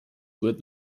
would